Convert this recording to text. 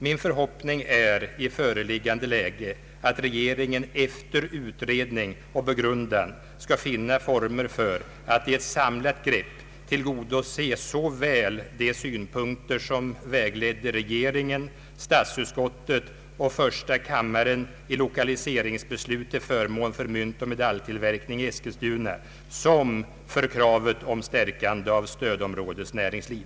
Min förhoppning är, i föreliggande läge, att regeringen efter utredning och begrundan skall finna former för att i ett samlat grepp tillgodose såväl de synpunkter som vägledde regeringen, statsutskottet och första kammaren i lokaliseringsbeslutet till förmån för myntoch medaljtillverkning i Eskilstuna, som kravet på stärkande av stödområdets näringsliv.